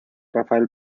rafael